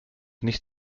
nicht